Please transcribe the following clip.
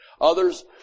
others